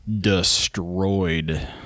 destroyed